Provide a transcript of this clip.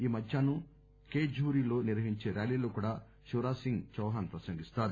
ఈ మధ్యాహ్నం కేర్ఘూరీ లో నిర్వహించే ర్భాలీలో కూడా శివరాజ్ సింగ్ చౌహాస్ ప్రసంగిస్తారు